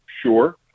Sure